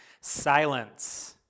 silence